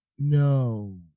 No